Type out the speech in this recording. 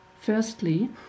Firstly